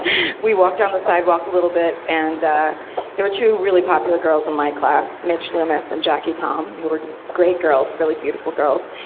we walked down the sidewalk a little bit and there were two really popular girls in my class, mitch lumis and jackie tom, who were great girls, really beautiful girls.